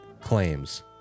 claims